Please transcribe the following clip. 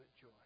joy